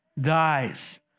Dies